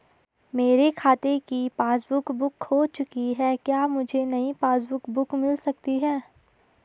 मेरे खाते की पासबुक बुक खो चुकी है क्या मुझे नयी पासबुक बुक मिल सकती है?